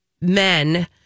men